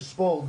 בספורט,